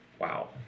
wow